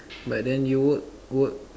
but then you work work